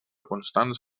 constants